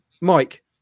Mike